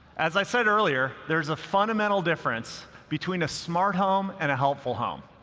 as i said earlier, there is a fundamental difference between a smart home and a helpful home.